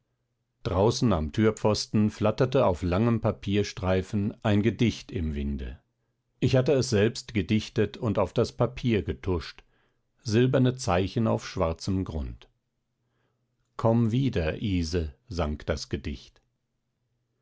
draußen am türpfosten flatterte auf langem papierstreifen ein gedicht im winde ich hatte es selbst gedichtet und auf das papier getuscht silberne zeichen auf schwarzen grund komm wieder ise sang das gedicht